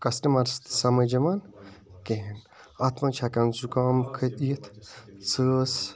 customers تہِ سَمٕجھ یِوان کِہیٖنۍ اَتھ مَنٛز چھِ ہیٚکان زُکام یِتھ ژٲس